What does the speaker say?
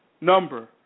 number